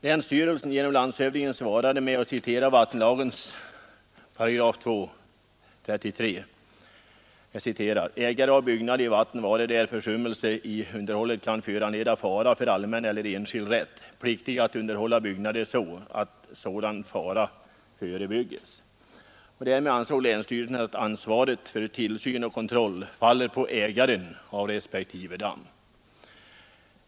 Länsstyrelsen svarade genom landshövdingen med att citera vattenlagens 2 kap. 33 §: ”Ägare av byggnad i vatten vare, där försummelse i underhållet kan föranleda fara för allmän eller enskild rätt, pliktig att underhålla byggnaden så, att sådan fara förebygges.” Därmed ansåg länsstyrelsen att ansvaret för tillsyn och kontroll faller på ägaren av respektive damm.